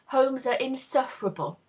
homes are insufferable.